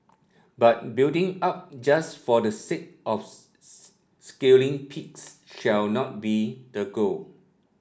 but building up just for the sake of scaling peaks should not be the goal